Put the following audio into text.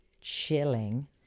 chilling